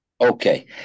Okay